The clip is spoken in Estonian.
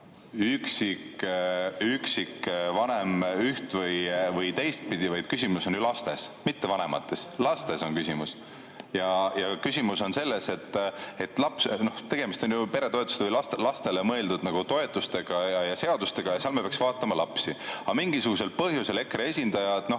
üksikvanem üht- või teistpidi, vaid küsimus on ju lastes, mitte vanemates. Lastes on küsimus. Küsimus on selles, et tegemist on lastele mõeldud toetustega ja seadustega, seal me peaks vaatama lapsi. Aga mingisugusel põhjusel EKRE esindajad